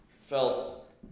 felt